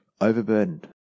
Overburdened